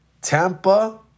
Tampa